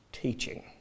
Teaching